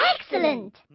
Excellent